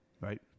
Right